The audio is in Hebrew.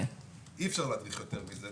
אי אפשר להדריך יותר מזה.